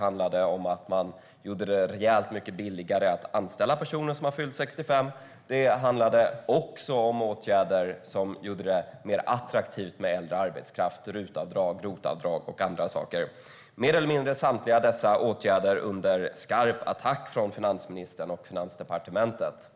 Man gjorde det även rejält mycket billigare att anställa personer som har fyllt 65. Det handlade också om åtgärder som gjorde det mer attraktivt med äldre arbetskraft, som RUT-avdrag, ROT-avdrag och andra saker. Mer eller mindre samtliga av dessa åtgärder är under skarp attack från finansministern och Finansdepartementet.